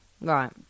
Right